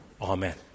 Amen